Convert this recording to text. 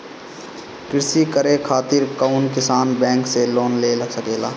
कृषी करे खातिर कउन किसान बैंक से लोन ले सकेला?